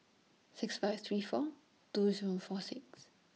six five three four two Zero four six